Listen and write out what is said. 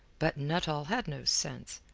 but nuttall had no sense.